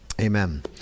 Amen